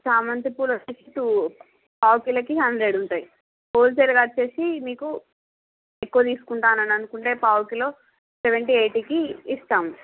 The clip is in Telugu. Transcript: చామంతి పూలు ఫిక్స్ టూ పావుకిలోకి హండ్రెడ్ ఉంటాయి హోల్ సెల్ గా వచ్చేసి మీకు ఎక్కువ తీసుకుంటానని అనుకుంటే పావుకిలో సెవెంటీ ఎయిటి కి ఇస్తాం